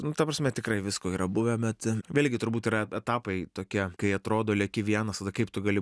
nu ta prasme tikrai visko yra buvę bet vėlgi turbūt yra etapai tokie kai atrodo lieki vienas tada kaip tu gali